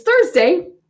Thursday